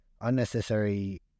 unnecessary